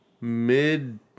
mid